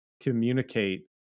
communicate